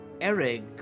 Eric